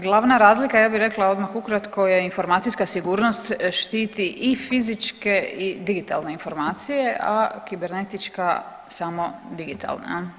Glavna razlika ja bi rekla odmah ukratko je informacijska sigurnost štiti i fizičke i digitalne informacije, a kibernetička samo digitalne.